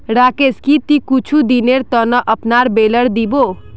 राकेश की ती कुछू दिनेर त न अपनार बेलर दी बो